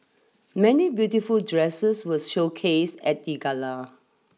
many beautiful dresses was showcased at the gala